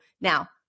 Now